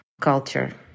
culture